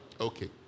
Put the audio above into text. Okay